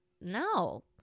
no